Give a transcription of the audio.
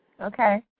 Okay